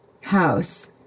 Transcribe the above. house